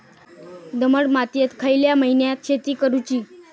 दमट मातयेत खयल्या महिन्यात शेती करुची?